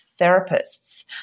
therapists